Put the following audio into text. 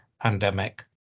pandemic